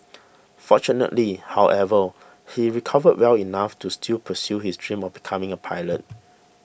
fortunately however he recovered well enough to still pursue his dream of becoming a pilot